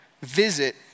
visit